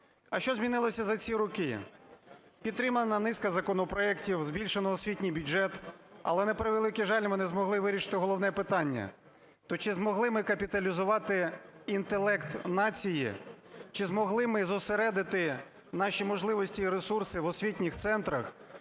А що змінилося за ці роки? Підтримана низка законопроектів, збільшено освітній бюджет. Але, на превеликий жаль, ми не змогли вирішити головне питання: то чи змогли ми капіталізувати інтелект нації; чи змогли ми зосередити наші можливості і ресурси в освітніх центрах;